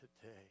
today